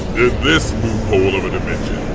this loop hole of a dimension,